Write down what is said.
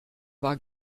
war